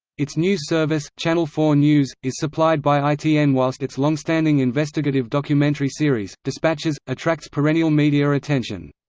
its news service, channel four news, is supplied by itn whilst its long-standing investigative documentary series, dispatches, attracts perennial media attention.